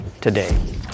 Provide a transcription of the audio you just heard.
today